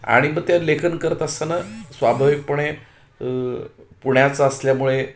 आणि मग त्या लेखन करत असताना स्वाभाविकपणे पुण्याचा असल्यामुळे